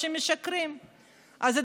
או שהם משקרים.